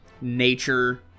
nature